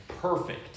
perfect